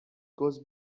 goes